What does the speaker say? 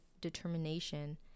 determination